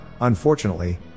unfortunately